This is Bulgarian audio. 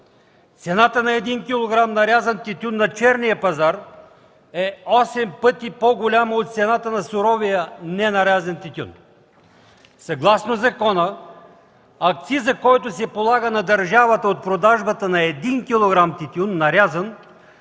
Цената на 1 кг. нарязан тютюн на черния пазар е осем пъти по-голяма от цената на суровия ненарязан тютюн. Съгласно закона акцизът, който се полага на държавата от продажбата на 1 кг. нарязан